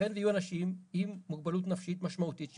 יתכן שיהיו אנשים עם מוגבלות נפשית משמעותית,